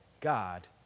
God